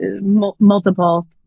multiple